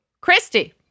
Christy